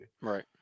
right